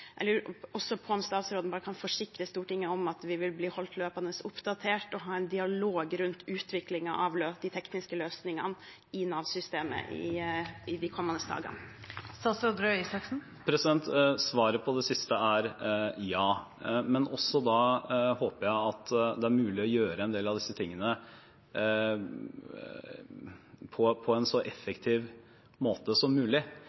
også på om statsråden kan forsikre Stortinget om at vi vil bli holdt løpende oppdatert og ha en dialog rundt utviklingen av de tekniske løsningene i Nav-systemet i de kommende dagene. Svaret på det siste er ja, men også da håper jeg det er mulig å gjøre en del av disse tingene på en så effektiv måte som mulig.